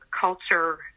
culture